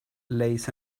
lays